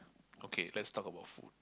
okay lets talk about food